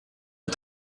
and